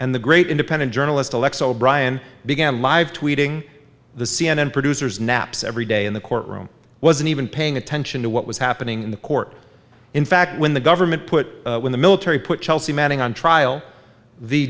and the great independent journalist alexa o'brien began live tweeting the c n n producers naps every day in the courtroom wasn't even paying attention to what was happening in the court in fact when the government put in the military put chelsea manning on trial the